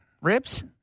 Ribs